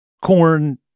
corn